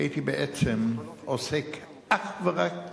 הייתי בעצם עוסק אך ורק